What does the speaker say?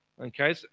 Okay